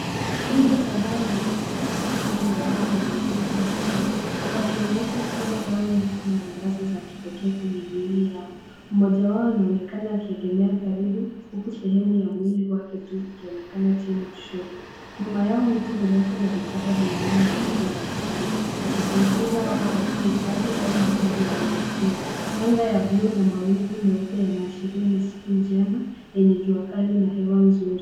Twiga kadhaa wamejikusanya karibu na eneo lenye udongo mwekundu, wakionyesha shingo zao ndefu na ruwaza za kipekee kwenye miili yao. Mmoja wao anaonekana akiegemea karibu, huku sehemu ya mwili wake tu ikionekana chini kushoto. Nyuma yao miti mirefu na vichaka vinaunda mandhari ya asili, ikipendekeza wako katika hifadhi au makazi ya wanyama pori. Anga ya bluu na mawingu meupe yanaashiria ni siku njema yenye jua kali na hewa nzuri.